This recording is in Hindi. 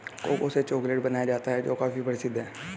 कोको से चॉकलेट बनाया जाता है जो काफी प्रसिद्ध है